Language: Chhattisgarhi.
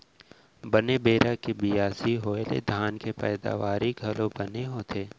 बने बेरा के बियासी होय ले धान के पैदावारी घलौ बने होथे